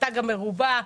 התג המרובע,